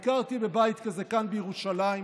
ביקרתי בבית כזה כאן, בירושלים,